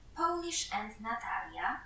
polishandnatalia